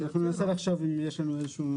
אנחנו נחשוב אם יש לנו משהו.